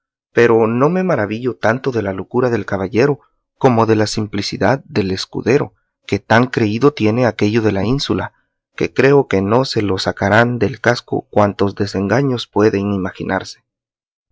pero no me maravillo tanto de la locura del caballero como de la simplicidad del escudero que tan creído tiene aquello de la ínsula que creo que no se lo sacarán del casco cuantos desengaños pueden imaginarse